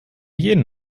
jeden